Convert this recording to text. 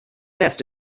best